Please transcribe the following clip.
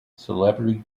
celebrity